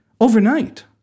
overnight